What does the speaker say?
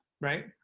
right